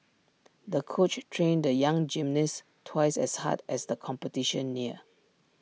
the coach trained the young gymnast twice as hard as the competition neared